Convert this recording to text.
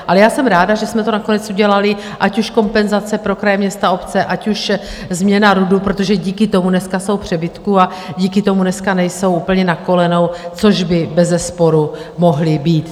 Ale já jsem ráda, že jsme to nakonec udělali, ať už kompenzace pro kraje, města, obce, ať už změna RUDu, protože díky tomu dneska jsou v přebytku a díky tomu dneska nejsou úplně na kolenou, což by bezesporu mohli být.